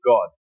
God